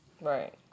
Right